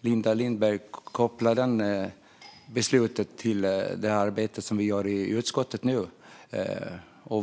Linda Lindberg kopplar det beslutet till det arbete som vi gör i utskottet nu.